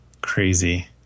crazy